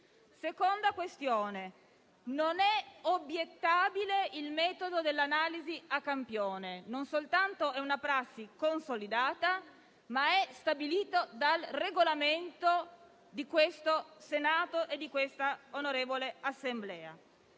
Seconda questione: non è obiettabile il metodo dell'analisi a campione. Non soltanto è una prassi consolidata, ma è anche un metodo stabilito dal Regolamento di questo Senato e di questa onorevole Assemblea.